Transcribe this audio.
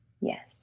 yes